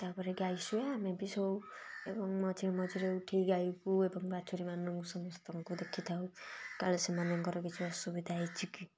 ତା'ପରେ ଗାଈ ଶୁଏ ଆମେ ବି ଶୋଉ ଏବଂ ମଝି ମଝିରେ ଉଠି ଗାଈକୁ ଏବଂ ବାଛୁରୀମାନଙ୍କୁ ସମସ୍ତଙ୍କୁ ଦେଖିଥାଉ କାଳେ ସେମାନଙ୍କର କିଛି ଅସୁବିଧା ହେଇଛି କି